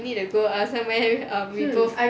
maybe we need to go err somewhere um we both